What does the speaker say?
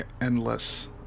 endless